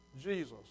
Jesus